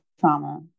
trauma